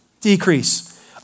decrease